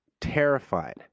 terrified